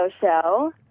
Show